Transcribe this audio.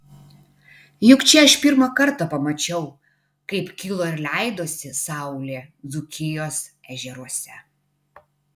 juk čia aš pirmą kartą pamačiau kaip kilo ir leidosi saulė dzūkijos ežeruose